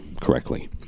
correctly